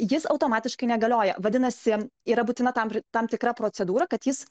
jis automatiškai negalioja vadinasi yra būtina tam tam tikra procedūra kad jis